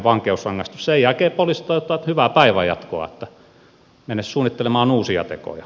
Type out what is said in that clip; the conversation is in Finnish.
sen jälkeen poliisit toivottavat hyvää päivän jatkoa mene suunnittelemaan uusia tekoja